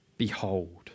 Behold